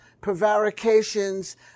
prevarications